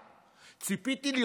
ציפית לראות אותך